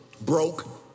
Broke